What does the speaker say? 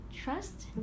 Trust